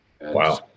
Wow